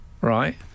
right